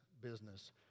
business